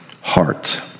heart